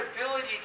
ability